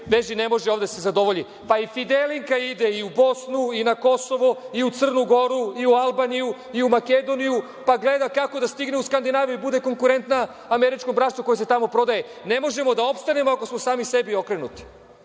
beži, ne može ovde da se zadovolji, pa i „Fidelinka“ ide u Bosnu, i na Kosovo, i u Crnu Goru, i u Albaniju, i u Makedoniju, pa gleda kako da stigne u Skandinaviju i bude konkurentna američkom brašnu koje se tamo prodaje. Ne možemo da opstanemo ako smo sami sebi okrenuti.